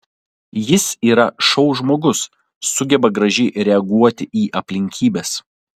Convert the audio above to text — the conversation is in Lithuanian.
jis yra šou žmogus sugeba gražiai reaguoti į aplinkybes